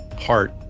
heart